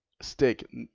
stick